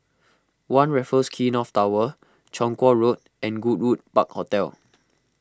one Raffles Quay North Tower Chong Kuo Road and Goodwood Park Hotel